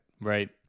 Right